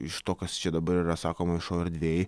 iš to kas čia dabar yra sakoma viešojoj erdvėj